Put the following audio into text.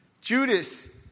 Judas